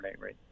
rate